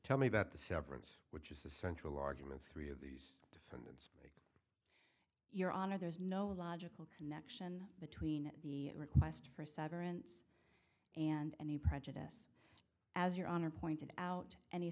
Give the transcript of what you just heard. tell me that the severance which is the central argument three of these your honor there is no logical connection between the request for a severance and any prejudice as your honor pointed out any